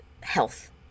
health